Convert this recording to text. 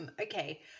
Okay